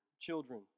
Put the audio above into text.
children